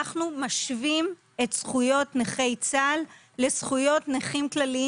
אנחנו משווים את זכויות נכי צה"ל לזכויות נכים כלליים